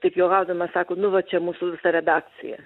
taip juokaudamas sako nu va čia mūsų visa redakcija